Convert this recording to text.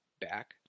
back